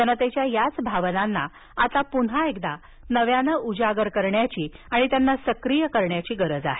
जनतेच्या याच भावनांना आता पुन्हा एकदा नव्यानं उजागर करण्याची आणि त्यांना सक्रीय करण्याची गरज आहे